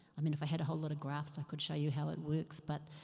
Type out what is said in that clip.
i mean, if i had a whole lot of graphs i could show you how it works, but,